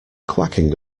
quacking